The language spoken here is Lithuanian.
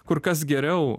kur kas geriau